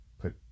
Put